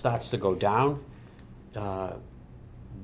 starts to go down